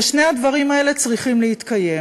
ושני הדברים האלה צריכים להתקיים.